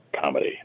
comedy